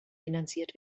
finanziert